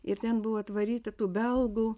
ir ten buvo atvaryti tų belgų